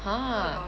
!huh!